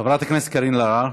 חברת הכנסת קארין אלהרר,